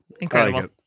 Incredible